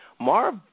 Marv